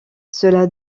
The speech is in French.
cela